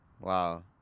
Wow